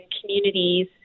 communities